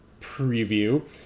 Preview